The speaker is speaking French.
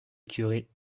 curé